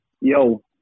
Yo